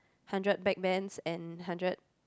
hundred back bends and hundred